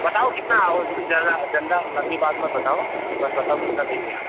बताओ कितना और ज्यादा धंधा लंबी बात मत बताओ बस बताओ कितना देंगे आप